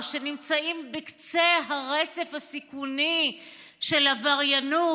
שנמצאים בקצה הרצף הסיכוני של עבריינות,